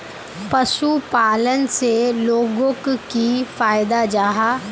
पशुपालन से लोगोक की फायदा जाहा?